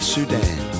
Sudan